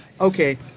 okay